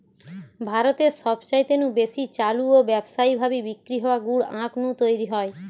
ভারতে সবচাইতে নু বেশি চালু ও ব্যাবসায়ী ভাবি বিক্রি হওয়া গুড় আখ নু তৈরি হয়